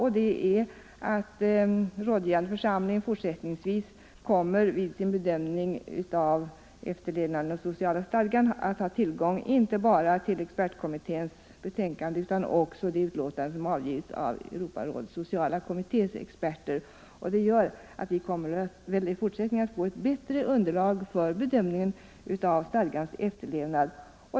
Och det är att rådgivande församlingen fortsättningsvis kommer att vid sin bedömning av efterlevnaden av den sociala stadgan inte bara ha tillgång till expertkommitténs betänkande utan också det utlåtande som har avgivits av Europarådets sociala kommittés experter. Det gör att vi väl i fortsättningen får ett bättre underlag för bedömningen av stadgans efterlevnad.